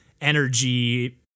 energy